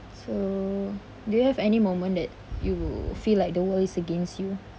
so do you have any moment that you feel like the world is against you